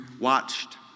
watched